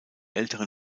älteren